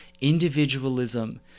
individualism